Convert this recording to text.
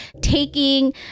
taking